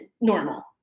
normal